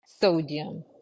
sodium